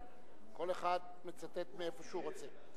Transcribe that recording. כל אחד מצטט מאיפה שהוא רוצה.